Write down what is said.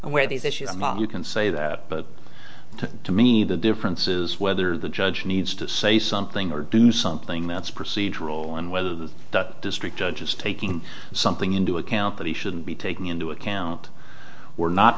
and where these issues among you can say that but to me the difference is whether the judge needs to say something or do something that's procedural and whether the district judge is taking something into account that he shouldn't be taking into account we're not